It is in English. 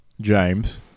James